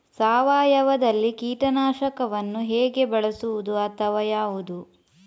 ಸಾವಯವದಲ್ಲಿ ಕೀಟನಾಶಕವನ್ನು ಹೇಗೆ ಬಳಸುವುದು ಅಥವಾ ಯಾವುದು?